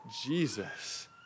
Jesus